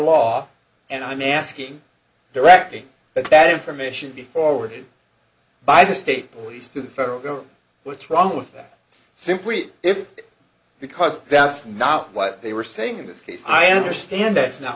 law and i'm asking directly that that information before were by the state police to the federal government what's wrong with that simply because that's not what they were saying in this case i understand that's no